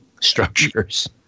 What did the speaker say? structures